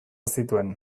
zituen